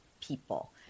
people